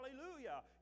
Hallelujah